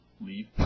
leave